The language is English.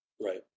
Right